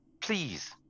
Please